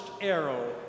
arrow